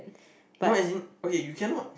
no as in okay you cannot